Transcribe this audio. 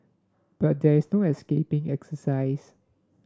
but there is no escaping exercise